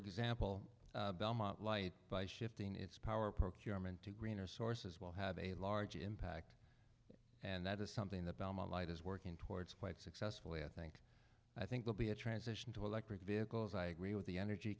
example belmont light by shifting its power procurement to greener sources will have a large impact and that is something that belmont light is working towards quite successfully i think i think will be a transition to electric vehicles i agree with the energy